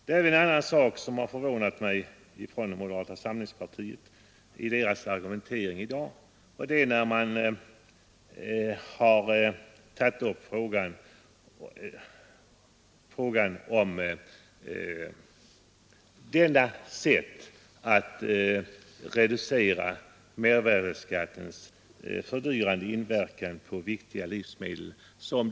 Det är även en annan sak i moderata samlingspartiets argumentering i dag som har förvånat mig, och det är att man så hårt kritiserar det förslag som nu föreligger och som innebär att man reducerar mervärdeskattens fördyrande inverkan på viktiga livsmedel.